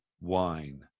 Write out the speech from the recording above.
wine